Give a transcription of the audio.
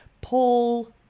Paul